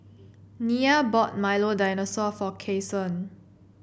Nia bought Milo Dinosaur for Cason